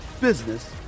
business